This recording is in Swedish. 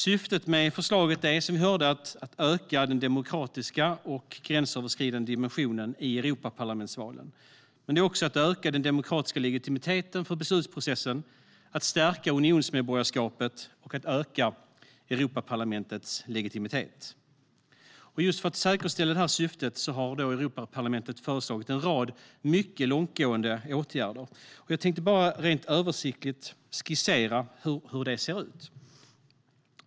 Syftet med förslaget är, som vi hörde, att öka den demokratiska och gränsöverskridande dimensionen i Europaparlamentsvalen, att öka den demokratiska legitimiteten för beslutsprocessen, att stärka unionsmedborgarskapet och att öka Europaparlamentets legitimitet. För att säkerställa detta syfte har Europaparlamentet föreslagit en rad mycket långtgående åtgärder. Jag tänkte översiktligt skissera hur det ser ut.